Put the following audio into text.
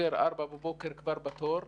ארבע בבוקר כבר בתור,